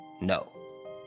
No